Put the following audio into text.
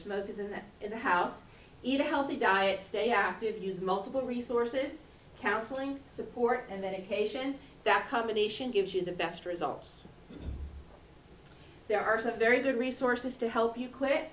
smokers in the house eat a healthy diet stay happy and use multiple resources counseling support and then occasion that combination gives you the best results there are some very good resources to help you